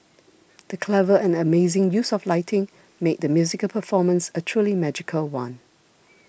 the clever and amazing use of lighting made the musical performance a truly magical one